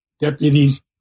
deputies